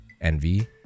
envy